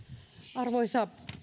arvoisa